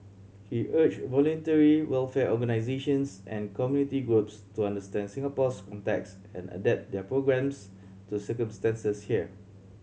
he urged voluntary welfare organisations and community groups to understand Singapore's context and adapt their programmes to circumstances here